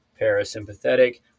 parasympathetic